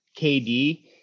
KD